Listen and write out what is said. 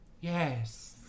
Yes